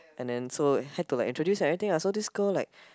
and then so had to like introduce and everything lah so this girl like